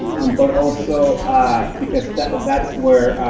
um but also ah because that's where,